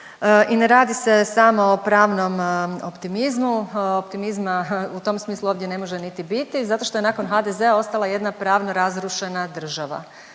i ne radi se samo o pravnom optimizmu. Optimizma u tom smislu ovdje ne može niti biti, zato što je nakon HDZ-a ostala jedna pravno razrušena država.